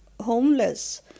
homeless